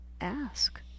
ask